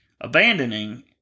abandoning